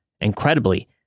Incredibly